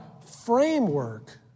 framework